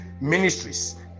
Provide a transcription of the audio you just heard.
Ministries